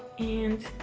and